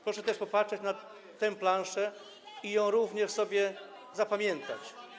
Proszę też popatrzeć na tę planszę i ją również sobie zapamiętać.